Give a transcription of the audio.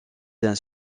d’un